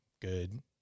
good